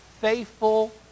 faithful